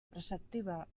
preceptiva